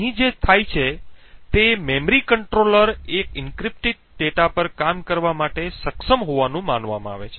તેથી અહીં જે થાય છે તે મેમરી કંટ્રોલર એ એન્ક્રિપ્ટેડ ડેટા પર કામ કરવા માટે સક્ષમ હોવાનું માનવામાં આવે છે